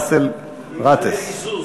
אחריו, חבר הכנסת באסל גטאס.